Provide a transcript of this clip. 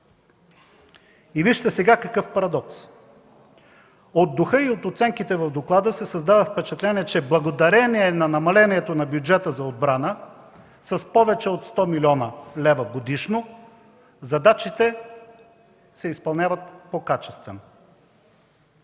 И вижте сега какъв парадокс. От духа и оценките в доклада се създава впечатление, че благодарение на намалението на бюджета за отбрана с повече от 100 млн. лв. годишно, задачите се изпълняват по-качествено.